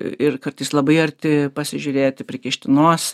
ir kartais labai arti pasižiūrėti prikišti nosį